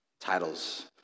Titles